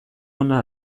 ona